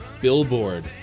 billboard